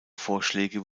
vorschläge